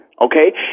okay